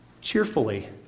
cheerfully